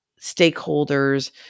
stakeholders